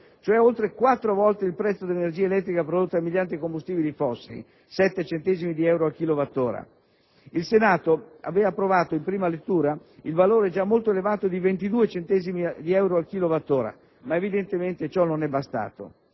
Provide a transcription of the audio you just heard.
cioè oltre quattro volte il prezzo dell'energia elettrica prodotta mediante combustibili fossili (7 centesimi di euro al kilowattora). Il Senato aveva approvato in prima lettura il valore già molto elevato di 22 centesimi di euro al kilowattora, ma evidentemente ciò non è bastato.